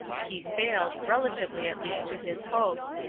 he failed, relatively at least to his hopes,